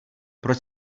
proč